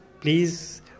Please